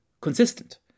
consistent